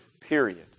period